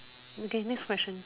okay next question